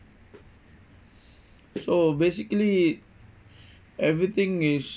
so basically everything is